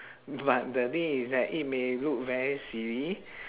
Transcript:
but the thing is that it may look very silly